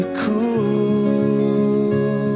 cool